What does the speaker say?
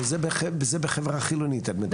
וזה בחברה חילונית את מדברת.